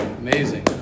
Amazing